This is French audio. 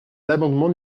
l’amendement